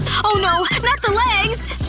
oh no, not the legs!